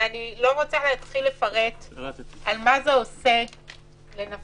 ואני לא רוצה להתחיל לפרט על מה זה עושה לנפשו